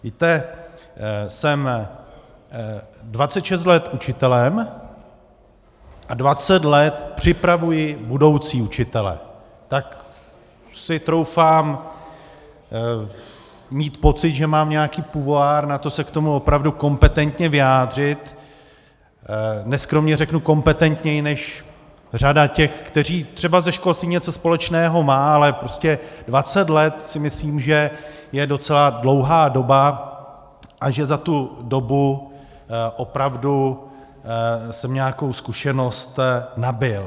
Víte, jsem 26 let učitelem a 20 let připravuji budoucí učitele, tak si troufám mít pocit, že mám nějaký pouvoir na to se k tomu opravdu kompetentně vyjádřit, neskromně řeknu kompetentněji než řada těch, kteří třeba se školstvím něco společného mají, ale prostě 20 let si myslím, že je docela dlouhá doba a že za tu dobu opravdu jsem nějakou zkušenost nabyl.